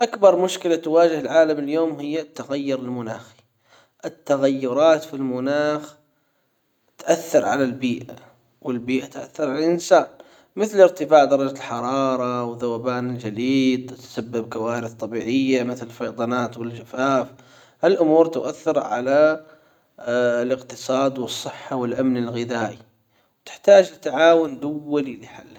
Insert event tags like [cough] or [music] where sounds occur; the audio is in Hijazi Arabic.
اكبر مشكلة تواجه العالم اليوم هي التغير المناخي التغيرات في المناخ تؤثر على البيئة والبيئة تأثر على الانسان مثل ارتفاع درجة الحرارة وذوبان الجليد وتسبب كوارث طبيعية مثل فيضانات والجفاف هالامور تؤثر على [hesitation] الاقتصاد والصحة والامن الغذائي تحتاج لتعاون دولي لحلها.